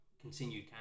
continue